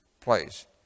place